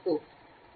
Thank you